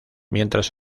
mientras